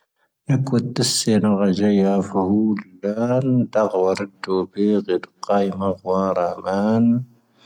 ⵏⴷⴰⴽⵡⴰⴷ ⵏⴷⴰⵙ ⵙⴻ ⵏⴷⵓ ʿⴰⵊⴰⵢⴰⵀ ʾⵡⵓⵀⵓ ʿⵓⴷⴰⵏ ⵏⴷⴰʿⵡⴰⴷ ⵏⴷⵓ ʿⴱⵉⴳⵉⴷ ʿⵇⴰⵉⵎⴰ ʿⵡⴰⵀⵔⴰ ⵎⴰⵏ.